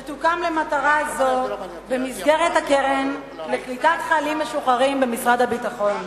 שתוקם למטרה זו במסגרת הקרן לקליטת חיילים משוחררים במשרד הביטחון.